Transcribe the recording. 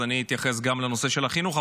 אז אתייחס גם לנושא החינוך.